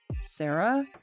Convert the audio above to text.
Sarah